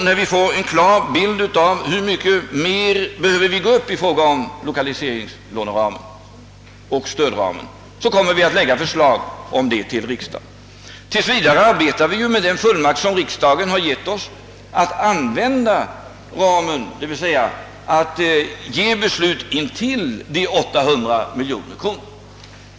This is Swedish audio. När vi får en klar bild av hur mycket mer vi behöver höja lokaliseringslåneramen och stödramen kommer vi att framlägga förslag till riksdagen. Vidare arbetar regeringen med den fullmakt som riksdagen lämnat, som innebär att anslag kan beviljas upp till 800 miljoner kronor.